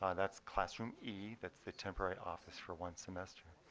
um that's classroom e. that's the temporary office for one semester.